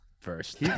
first